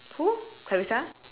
who clarissa